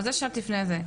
על זה שאלתי לפני כן,